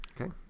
Okay